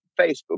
facebook